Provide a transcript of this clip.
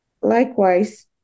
Likewise